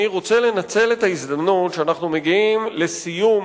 אני רוצה לנצל את ההזדמנות שאנחנו מגיעים לסיום